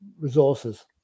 resources